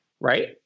right